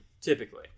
typically